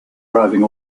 driving